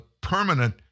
permanent